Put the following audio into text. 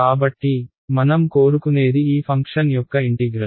కాబట్టి మనం కోరుకునేది ఈ ఫంక్షన్ యొక్క ఇంటిగ్రల్